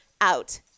out